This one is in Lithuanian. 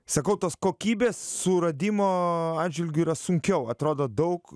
sakau tos kokybės suradimo atžvilgiu yra sunkiau atrodo daug